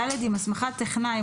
(ד) עם הסמכת טכנאי,